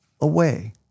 away